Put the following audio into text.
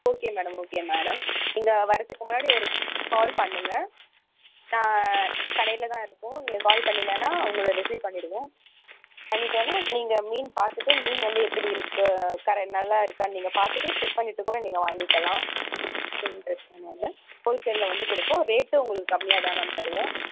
okay madam okay madam நீங்கள் வரதுக்கு முன்னாடி ஒரு கால் பண்ணுங்க நான் கடையில் தான் இருப்போம் நீங்கள் கால் பண்ணீங்கனால் உங்களை ரிசிவ் பண்ணிவிடுவோம் பண்ணிவிட்டோனா நீங்கள் மீன் பார்த்துட்டு மீன் வந்து எப்படி இருக்குது கர நல்லாயிருக்கானு நீங்கள் பார்த்துட்டு செக் பண்ணிவிட்டு கூட நீங்கள் வாங்கிக்கலாம் ஒன்றும் பிரச்சின இல்லை ஹோல் சேலில் வந்து கொடுப்போம் ரேட்டும் உங்களுக்கு கம்மியாக தான் மேம் தருவோம்